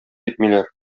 итмиләр